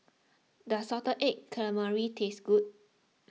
does Salted Egg Calamari taste good